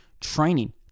training